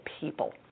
people